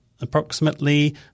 approximately